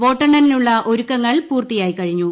വോട്ടെണ്ണലിനുള്ള ഒരുക്കങ്ങൾ പൂർത്തിയായിക്കഴിഞ്ഞു